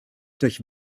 durch